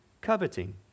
coveting